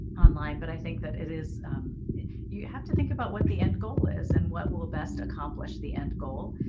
online. but i think that it is you have to think about what the end goal is and what will best accomplish the end goal.